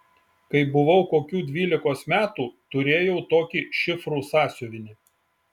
kai buvau kokių dvylikos metų turėjau tokį šifrų sąsiuvinį